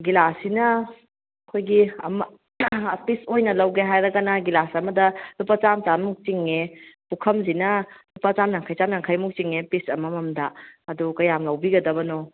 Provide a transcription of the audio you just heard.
ꯒꯤꯂꯥꯁꯁꯤꯅ ꯑꯩꯈꯣꯏꯒꯤ ꯑꯃ ꯑꯄꯤꯛꯄ ꯑꯣꯏꯅ ꯂꯧꯒꯦ ꯍꯥꯏꯔꯒꯅ ꯒꯤꯂꯥꯁ ꯑꯃꯗ ꯂꯨꯄꯥ ꯆꯥꯝꯃ ꯆꯥꯝꯃꯨꯛ ꯆꯤꯡꯉꯦ ꯄꯨꯈꯝꯁꯤꯅ ꯂꯨꯄꯥ ꯆꯥꯃꯌꯥꯡꯈꯩ ꯆꯥꯃꯌꯥꯡꯈꯩꯃꯨꯛ ꯆꯤꯡꯉꯦ ꯄꯤꯁ ꯑꯃꯃꯝꯗ ꯑꯗꯨ ꯀꯌꯥꯝ ꯂꯧꯕꯤꯒꯗꯕꯅꯣ